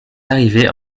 arrivée